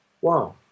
wow